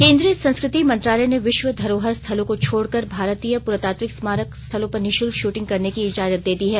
केन्द्रीय संस्कृति मंत्रालय ने विश्व धरोहर स्थलों को छोड़कर भारतीय पुरातात्विक स्मारक स्थलों पर निशुल्क शूटिंग करने की इजाजत दे दी है